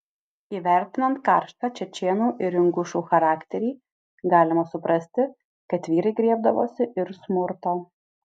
įvertinant karštą čečėnų ir ingušų charakterį galima suprasti kad vyrai griebdavosi ir smurto